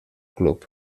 club